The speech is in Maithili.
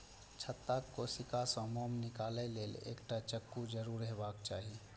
छत्ताक कोशिका सं मोम निकालै लेल एकटा चक्कू जरूर हेबाक चाही